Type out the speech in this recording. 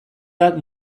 bat